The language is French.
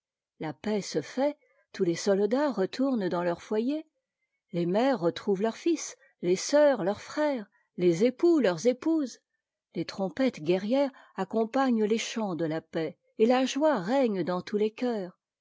la paix se fait tous les soldats retournent dans leurs foyers les mères retrouvent leurs fils tes sœurs leurs frères les époux leurs épouses les trompettes guerrières accompagnent les chants de la paix et la joie règne dans tous les cœurs